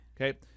okay